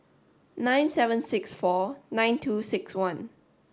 nine seven six four nine two six one